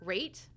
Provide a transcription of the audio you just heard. Rate